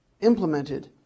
implemented